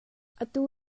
atu